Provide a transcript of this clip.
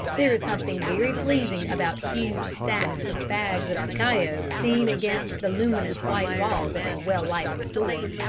there is something very pleasing about huge stacks of bags of cacao seen against the luminous white walls of a well-lighted store.